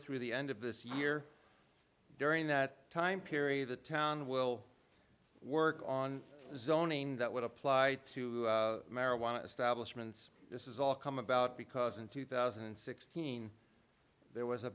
through the end of this year during that time period the town will work on zoning that would apply to marijuana establishment this is all come about because in two thousand and sixteen there was a